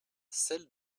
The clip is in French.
celle